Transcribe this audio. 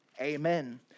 Amen